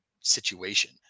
situation